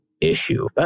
issue